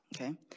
Okay